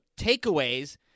takeaways